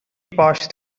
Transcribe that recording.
past